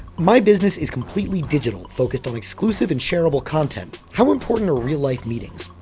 my business is completely digital, focused on exclusive and shareable content, how important are real life meetings?